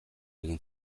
egin